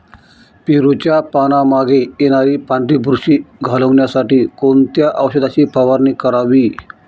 पेरूच्या पानांमागे येणारी पांढरी बुरशी घालवण्यासाठी कोणत्या औषधाची फवारणी करावी?